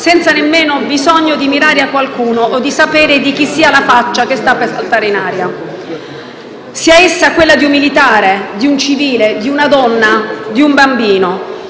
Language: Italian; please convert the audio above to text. senza nemmeno bisogno di mirare a qualcuno o di sapere di chi sia la faccia che sta per saltare in aria, sia essa quella di un militare, di un civile, di una donna o di un bambino.